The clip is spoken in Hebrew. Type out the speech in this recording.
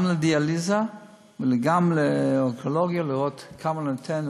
גם לדיאליזה וגם לאונקולוגיה, לראות כמה ניתן.